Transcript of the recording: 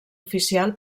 oficial